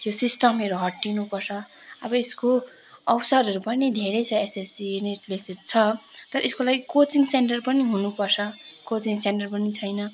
यो सिस्टमहरू हट्टिनुपर्छ अब यसको अवसरहरू पनि धेरै एसएससी नेट फेसिलिटी छ तर यसको लागि कोचिङ सेन्टर पनि हुनपर्छ कोचिङ सेन्टर पनि छैन